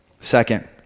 Second